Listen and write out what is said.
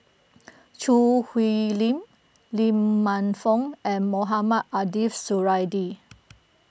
Choo Hwee Lim Lee Man Fong and Mohamed Ariff Suradi